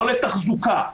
לא לתחזוקה,